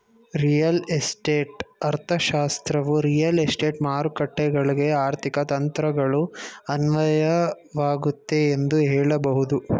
real estate ಅರ್ಥಶಾಸ್ತ್ರವು real estate ಮಾರುಕಟ್ಟೆಗಳ್ಗೆ ಆರ್ಥಿಕ ತಂತ್ರಗಳು ಅನ್ವಯವಾಗುತ್ತೆ ಎಂದು ಹೇಳಬಹುದು